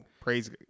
praise